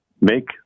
make